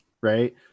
right